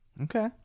Okay